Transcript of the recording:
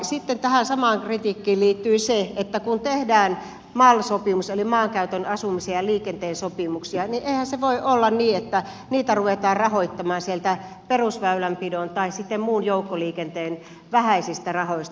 sitten tähän samaan kritiikkiin liittyi se että kun tehdään mal sopimuksia eli maankäytön asumisen ja liikenteen sopimuksia niin eihän voi olla niin että niitä ruvetaan rahoittamaan sieltä perusväylänpidon tai sitten muun joukkoliikenteen vähäisistä rahoista